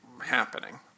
happening